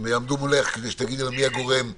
הם יעמדו מולך כדי שתגידי להם מי הגורם בשטח,